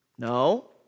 No